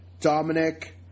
Dominic